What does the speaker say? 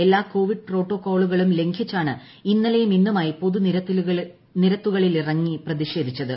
എല്ലാ കോവിഡ് പ്രോട്ടോകോളുകളും ലംഘിച്ചാണ് ഇന്നലേയും ഇന്നുമായി പലരും പൊതുനിരത്തുകളിലിറങ്ങി പ്രതിഷേധിച്ചത്